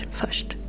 först